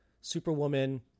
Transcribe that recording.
Superwoman